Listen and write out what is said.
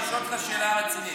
אני שואל אותך שאלה רצינית.